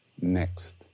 Next